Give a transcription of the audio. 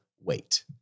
wait